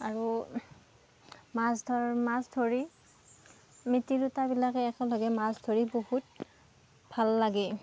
আৰু মাছ ধৰ মাছ ধৰি আমি তিৰোতাবিলাকে একেলগে মাছ ধৰি বহুত ভাল লাগে